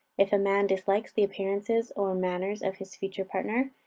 if a man dislikes the appearances or manners of his future partner,